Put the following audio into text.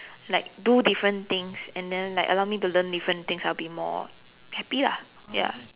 like do different things and then like allow me to learn different things I'll be more happy lah ya